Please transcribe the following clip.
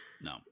No